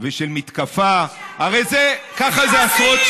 ובוודאי לא את השר לביטחון פנים,